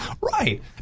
Right